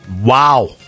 Wow